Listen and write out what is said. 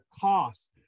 cost